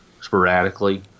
sporadically